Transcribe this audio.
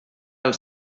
els